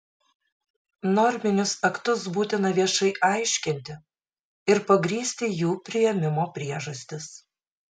norminius aktus būtina viešai aiškinti ir pagrįsti jų priėmimo priežastis